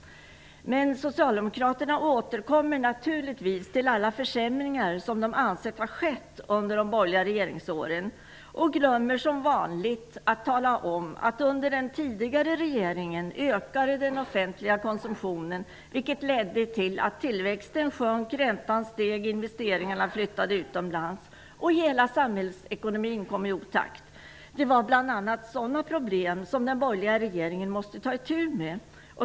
Socialdemokraterna återkommer naturligtvis till alla försämringar som de anser har skett under de borgerliga regeringsåren. De glömmer som vanligt att tala om att under den tidigare regeringen ökade den offentliga konsumtionen, vilket ledde till att tillväxten sjönk, räntan steg och investeringarna flyttade utomlands. Hela samhällsekonomin kom i otakt. Det var bl.a. sådana problem som den borgerliga regeringen måste ta itu med.